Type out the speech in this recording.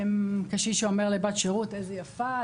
קשיש שאומר לבת שירות "איזו יפה את,